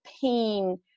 pain